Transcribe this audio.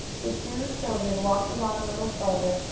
the two children walked along a little farther,